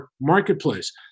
marketplace